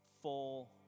Full